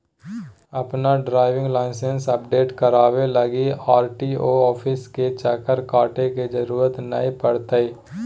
अपन driving licence update कराबे लगी आर.टी.ओ ऑफिस के चक्कर काटे के जरूरत नै पड़तैय